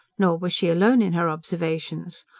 nor was she alone in her observations.